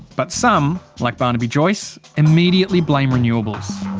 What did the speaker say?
but some. like barnaby joyce. immediately blame renewables.